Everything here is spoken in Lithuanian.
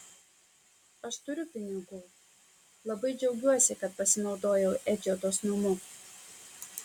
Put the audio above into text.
aš turiu pinigų labai džiaugiuosi kad pasinaudojau edžio dosnumu